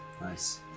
Nice